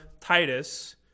Titus